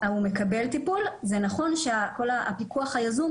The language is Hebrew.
הוא פעיל בשכונת עיר גנים בירושלים,